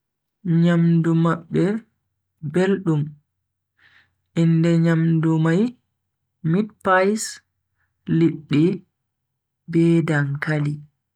Nyamdu mabbe beldum, inde nyamdu mai meat pies, liddi be dankali.